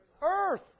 earth